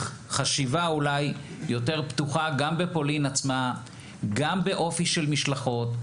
חשיבה אולי יותר פתוחה גם בפולין עצמה וגם באופי של משלחות.